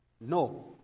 No